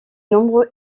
nombreux